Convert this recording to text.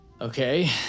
Okay